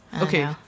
okay